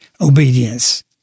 obedience